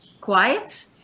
quiet